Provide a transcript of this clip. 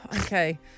Okay